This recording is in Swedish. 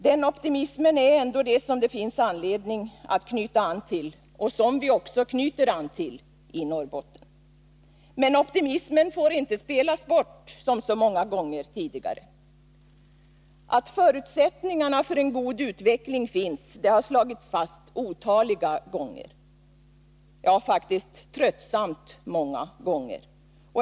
Den optimismen är ändå det som det finns anledning att knyta an till och som vi också knyter an till i Norrbotten. Men optimismen får inte spelas bort som så många gånger tidigare. Att förutsättningarna för en god utveckling finns har slagits fast otaliga gånger, ja faktiskt tröttsamt många gånger.